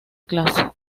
clase